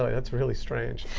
that's really strange.